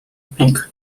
peak